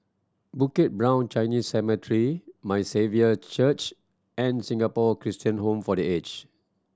Bukit Brown Chinese Cemetery My Saviour Church and Singapore Christian Home for The Aged